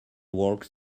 walked